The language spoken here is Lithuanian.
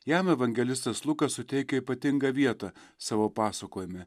jam evangelistas lukas suteikia ypatingą vietą savo pasakojime